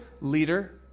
leader